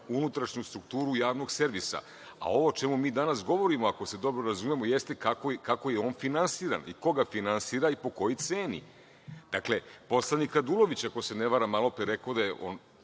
unutrašnju strukturu Javnog servisa. Ovo o čemu mi danas govorimo, ako se dobro razumemo, jeste kako je on finansiran i ko ga finansira i po kojoj ceni? Dakle, poslanik Radulović, ako se ne varam malopre je rekao, on